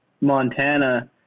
Montana